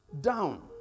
down